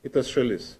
į tas šalis